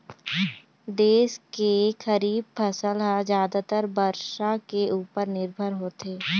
देश के खरीफ फसल ह जादातर बरसा के उपर निरभर होथे